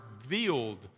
revealed